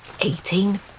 Eighteen